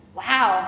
wow